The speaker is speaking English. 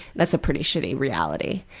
that's a pretty shitty reality.